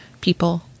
people